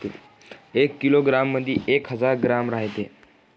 एका किलोग्रॅम मंधी एक हजार ग्रॅम रायते